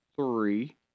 three